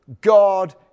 God